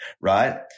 Right